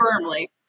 firmly